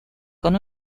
con